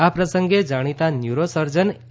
આ પ્રસંગે જાણીતા ન્યૂરોસર્જન એ